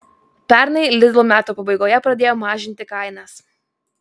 pernai lidl metų pabaigoje pradėjo mažinti kainas